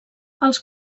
els